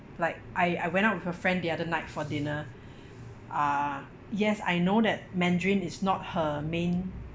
like I I went out with a friend the other night for dinner uh yes I know that mandarin is not her main